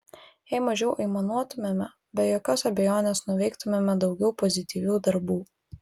jei mažiau aimanuotumėme be jokios abejonės nuveiktumėme daugiau pozityvių darbų